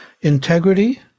integrity